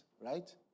right